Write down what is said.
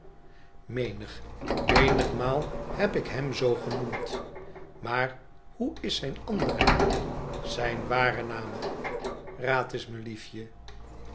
menig menigmaal heb ik hem zoo genoemd maar hoe is zijn andere naam zijn ware naam raad eens mijn liefje